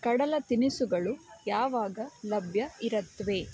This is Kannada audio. ಕಡಲ ತಿನಿಸುಗಳು ಯಾವಾಗ ಲಭ್ಯ ಇರುತ್ವೆ